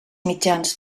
mitjans